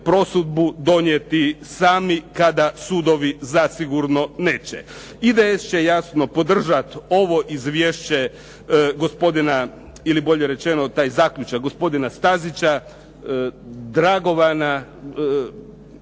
prosudbu donijeti sami kada sudovi zasigurno neće. IDS će jasno podržati ovo izvješće gospodina ili bolje rečeno taj zaključak gospodina Stazića, Dragovana,